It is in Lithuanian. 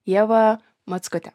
ieva mockute